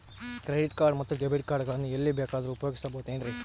Credit card ಮತ್ತು debit card ಗಳನ್ನು ಎಲ್ಲಿ ಬೇಕಾದ್ರು ಉಪಯೋಗಿಸಬಹುದೇನ್ರಿ?